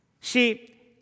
See